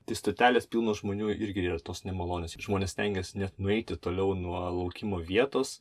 tai stotelės pilnos žmonių irgi yra tos nemalonios žmonės stengiasi net nueiti toliau nuo laukimo vietos